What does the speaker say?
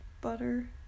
Butter